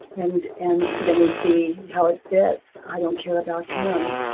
and and then we see how it fits. i don't care about him.